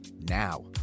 now